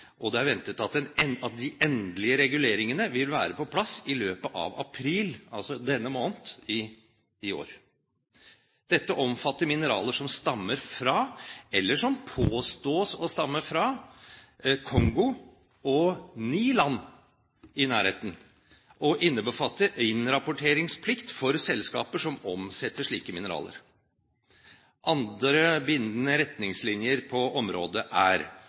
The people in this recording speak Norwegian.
og det er ventet at de endelige reguleringene vil være på plass i løpet av april – altså denne måned – i år. Dette omfatter mineraler som stammer fra, eller som påstås å stamme fra, Kongo og ni land i nærheten, og innbefatter innrapporteringsplikt for selskaper som omsetter slike mineraler. Andre bindende retningslinjer på området er